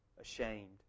Ashamed